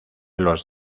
los